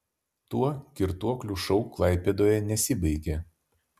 tuo girtuoklių šou klaipėdoje nesibaigė